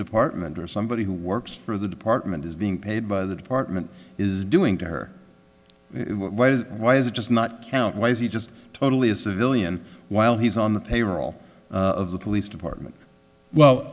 department or somebody who works for the department is being paid by the department is doing to her what is why is it just not count why is he just totally a civilian while he's on the payroll of the police department well